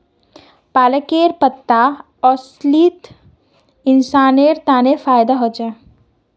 पालकेर पत्ता असलित इंसानेर तन फायदा ह छेक